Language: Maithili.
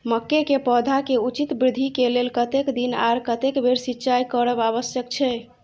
मके के पौधा के उचित वृद्धि के लेल कतेक दिन आर कतेक बेर सिंचाई करब आवश्यक छे?